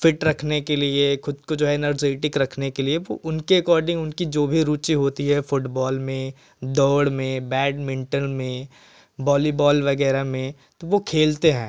fit रखने के लिए खुद को जो एनर्जेटिक रखने के लिए उनके अकॉर्डिंग उनकी जो भी रुचि होती है फुटबॉल में दौड़ में बैडमिंटन में वॉलीबॉल वगैरह में तो वो खेलते हैं